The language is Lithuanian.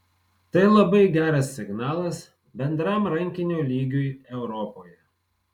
tai labai geras signalas bendram rankinio lygiui europoje